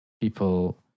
people